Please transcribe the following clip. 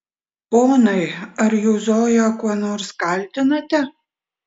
ponai ar jūs zoją kuo nors kaltinate